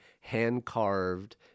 hand-carved